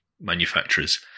manufacturers